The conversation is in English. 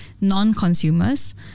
non-consumers